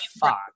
fuck